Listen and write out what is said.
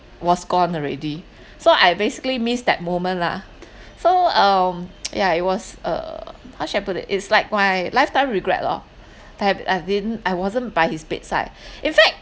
was gone already so I basically miss that moment lah so um yeah it was uh how shall I put it it's like my lifetime regret lor that I didn't I wasn't by his bedside in fact